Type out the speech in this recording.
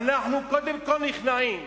אנחנו קודם כול נכנעים.